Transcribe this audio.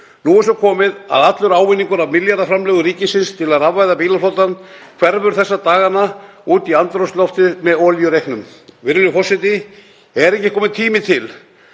Nú er svo komið að allur ávinningur af milljarða framlögum ríkisins til að rafvæða bílaflotann hverfur þessa dagana út í andrúmsloftið með olíureyknum. Virðulegur forseti. Er ekki kominn tími til